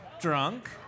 drunk